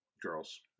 Girls